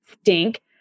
stink